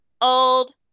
old